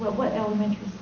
what elementary